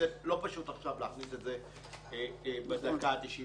לא בעיה של ועדת חוקה, סליחה.